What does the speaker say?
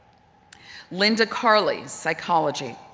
linda carli, psychology.